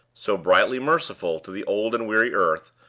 so brightly merciful to the old and weary earth,